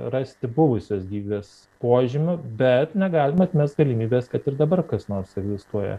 rasti buvusios gyvybės požymių bet negalim atmesti galimybės kad ir dabar kas nors egzistuoja